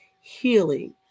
healing